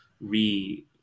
re